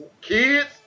kids